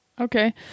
Okay